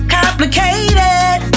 complicated